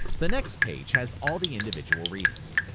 the next page has all the individual readings.